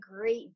great